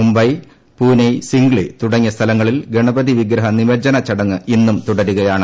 മുംബൈ പൂനൈ സിംഗ്ലി തുടങ്ങിയ സ്ഥലങ്ങളിൽ ഗണപതി വിഗ്രഹ നിമജ്ജന ചടങ്ങ് ഇന്നും തുടരുകയാണ്